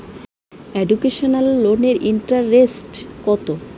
Educational লোনের interest কত?